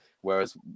Whereas